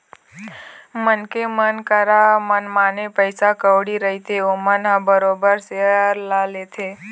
मनखे मन करा मनमाने पइसा कउड़ी रहिथे ओमन ह बरोबर सेयर ल लेथे